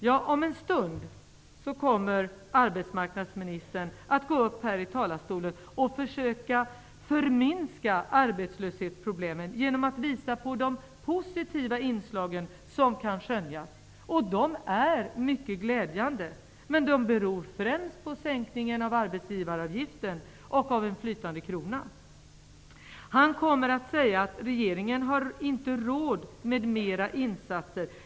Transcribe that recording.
Ja, om en stund kommer arbetsmarknadsministern att gå upp här i talarstolen och försöka förminska arbetslöshetsproblemen genom att visa på de positiva inslag som kan skönjas. De är mycket glädjande, men de beror främst på sänkningen av arbetsgivaravgiften och på en flytande krona. Han kommer att säga att regeringen inte har råd med mera insatser.